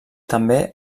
també